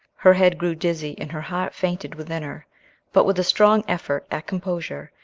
her head grew dizzy, and her heart fainted within her but, with a strong effort at composure,